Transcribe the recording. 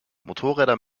motorräder